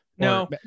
No